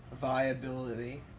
viability